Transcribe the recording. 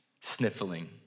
sniffling